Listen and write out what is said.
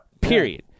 Period